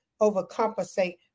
overcompensate